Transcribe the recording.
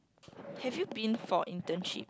have you been for internship